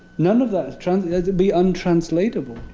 none of that is trans it'd be untranslatable.